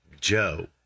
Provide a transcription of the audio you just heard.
Joe